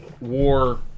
war